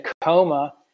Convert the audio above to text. coma